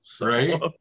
Right